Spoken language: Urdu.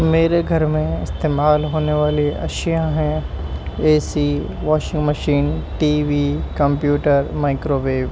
میرے گھر میں استعمال ہونے والی اشیاء ہیں A C washing machine T V computer micro view